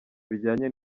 bijyanye